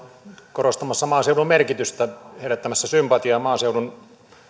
korostamassa maaseudun merkitystä ja herättämässä sympatiaa maaseudun